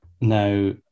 Now